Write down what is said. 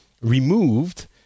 removed